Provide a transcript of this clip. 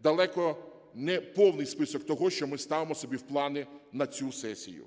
далеко не повний список того, що ми ставимо собі в плани на цю сесію.